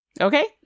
Okay